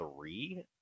three